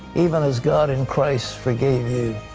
even as god in christ forgave you.